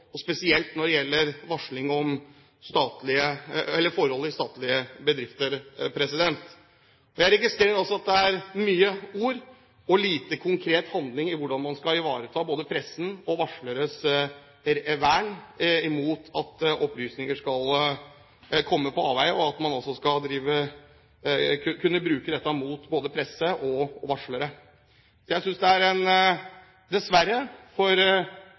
få, spesielt når det gjelder varsling om forhold i statlige bedrifter. Jeg registrerer også at det er mye ord og lite konkret handling når det gjelder hvordan man skal ivareta både pressens og varsleres vern mot at opplysninger skal komme på avveier, og at man også skal kunne bruke dette mot både presse og varslere. Jeg tror dessverre – for alle dem som har ønsket en